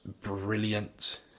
brilliant